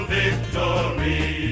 victory